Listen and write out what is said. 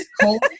cold